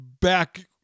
back